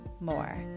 more